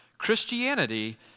Christianity